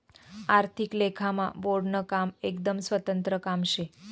आर्थिक लेखामा बोर्डनं काम एकदम स्वतंत्र काम शे